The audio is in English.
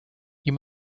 you